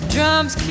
Drums